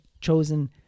chosen